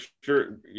sure